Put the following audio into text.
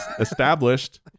established